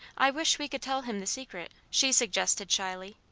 i wish we could tell him the secret, she suggested shyly,